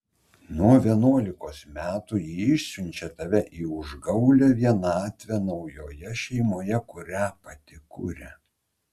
nuo vienuolikos metų ji išsiunčia tave į užgaulią vienatvę naujoje šeimoje kurią pati kuria